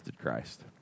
Christ